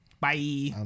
Bye